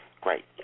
Great